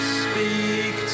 speak